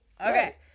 Okay